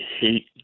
hate